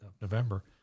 November